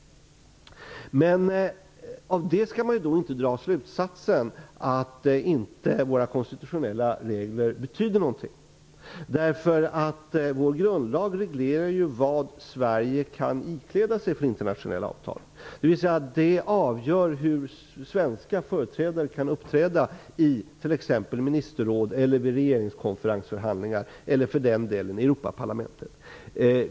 Men av det skall man inte dra slutsatsen att våra konstitutionella regler inte betyder någonting. Våra grundlagar reglerar vad Sverige kan ikläda sig för internationella avtal. De avgör hur svenska företrädare kan uppträda i t.ex. ministerråd, regeringskonferensförhandlingar eller för den delen Europaparlamentet.